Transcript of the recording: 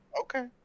Okay